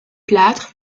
plâtre